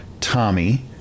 Tommy